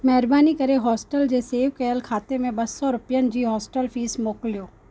महिरबानी करे होस्टल जे सेव कयल खाते में ॿ सौ रुपियनि जी होस्टल फीस मोकिलियो